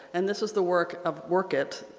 and this is the work of werk it,